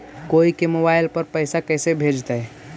कोई के मोबाईल पर पैसा कैसे भेजइतै?